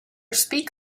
speak